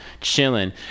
chilling